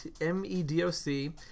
M-E-D-O-C